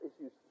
issues